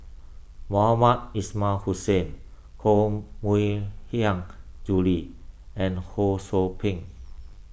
Mohamed Ismail Hussain Koh Mui Hiang Julie and Ho Sou Ping